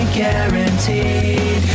guaranteed